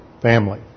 family